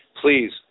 please